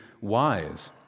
wise